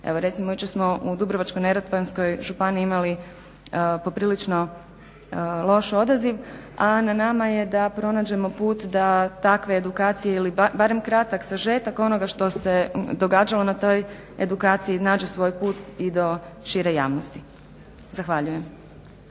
Evo recimo jučer smo u Dubrovačko-neretvanskoj županiji imali poprilično loš odaziv a na nama je da pronađemo put da takve edukacije ili barem kratak sažetak onoga što se događalo na toj edukaciji nađe svoj put i do šire javnosti. Zahvaljujem.